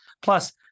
Plus